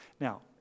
Now